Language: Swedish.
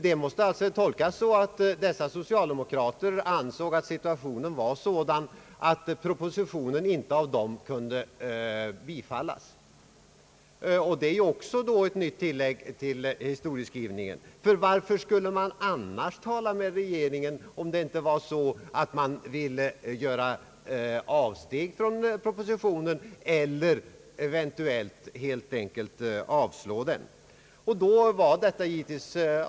Det måste tolkas så, att dessa socialdemokrater ansåg situationen vara sådan, att propositionen inte av dem kunde bifallas. Det är ett nytt tillägg till historieskrivningen, ty varför skulle man annars vilja tala med regeringen, om det inte var så att man ville göra ett avsteg från propositionen eller eventuellt helt enkelt avstyrka den.